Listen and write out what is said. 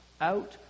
out